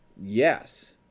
Yes